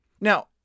Now